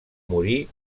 morir